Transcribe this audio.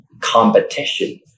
competition